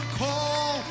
call